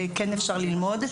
וכן אפשר ללמוד.